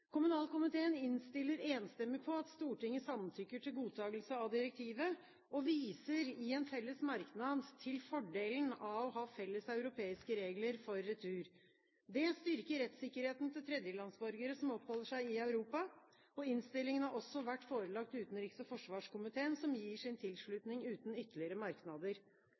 Kommunalkomiteen innstiller enstemmig på at Stortinget samtykker til godtagelse av direktivet og viser i en felles merknad til fordelen av å ha felles europeiske regler for retur. Det styrker rettssikkerheten til tredjelandsborgere som oppholder seg i Europa. Innstillingen har vært forelagt utenriks- og forsvarskomiteen, som gir sin tilslutning uten ytterligere merknader.